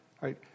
Right